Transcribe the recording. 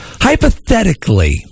hypothetically